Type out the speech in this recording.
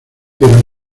pero